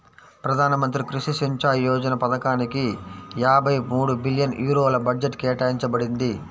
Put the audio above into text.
ప్రధాన మంత్రి కృషి సించాయ్ యోజన పథకానిక యాభై మూడు బిలియన్ యూరోల బడ్జెట్ కేటాయించబడింది